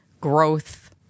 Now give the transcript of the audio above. growth